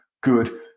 good